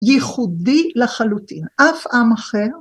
ייחודי לחלוטין, אף עם אחר